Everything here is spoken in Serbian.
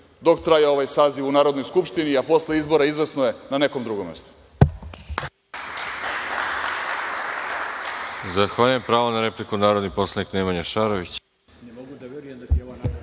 dok traje ovaj Saziv u Narodnoj skupštini, a posle izbora izvesno je na nekom drugom mestu.